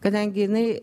kadangi jinai